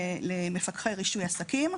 למפקחי רישוי עסקים.